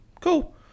Cool